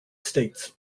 states